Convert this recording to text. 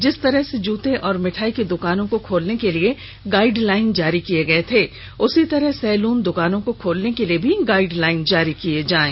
जिस ंतरह से जुते और मिठाई दुकानों को खोलने के लिए गाईडलाइन जारी किये गये थे उसी तरह सैलुन दुकानों को खोलने के लिए गाईडलाइन जारी किये जायें